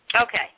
Okay